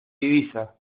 divisa